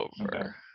over